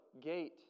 gate